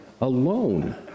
alone